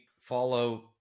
follow